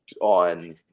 on